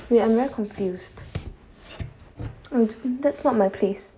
wait I'm very confused I don't that's not my place